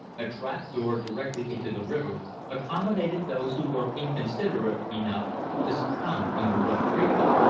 a trap-door directly into the river accommodated those who were inconsiderate enough to succumb under rough treatment.